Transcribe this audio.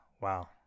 wow